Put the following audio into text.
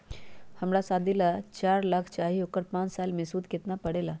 हमरा शादी ला चार लाख चाहि उकर पाँच साल मे सूद कितना परेला?